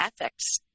ethics